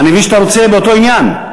אני מבין שאתה רוצה באותו עניין,